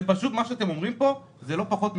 מדובר בלא פחות משערורייה.